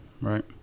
Right